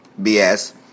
BS